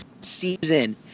season